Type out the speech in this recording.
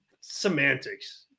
Semantics